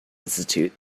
institute